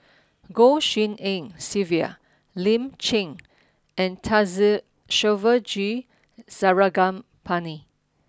Goh Tshin En Sylvia Lin Chen and Thamizhavel G Sarangapani